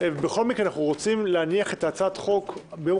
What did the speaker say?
אנחנו רוצים להניח את הצעת החוק ביום